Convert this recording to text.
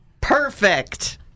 perfect